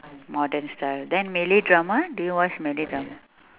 modern style then malay drama do you watch malay drama